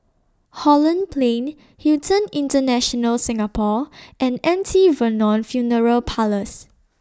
Holland Plain Hilton International Singapore and M T Vernon Funeral Parlours